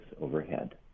overhead